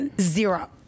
Zero